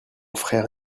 frère